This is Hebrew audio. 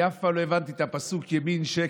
אני אף פעם לא הבנתי את הפסוק "ימין שקר",